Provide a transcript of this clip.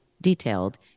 detailed